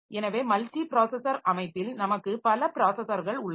எனவே multi processor அமைப்பில் நமக்கு பல ப்ராஸஸர்கள் உள்ளன